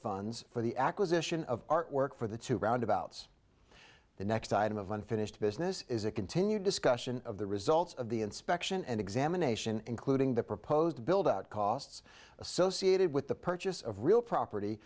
funds for the acquisition of artwork for the two roundabouts the next item of unfinished business is a continued discussion of the results of the inspection and examination including the proposed build out costs associated with the purchase of real property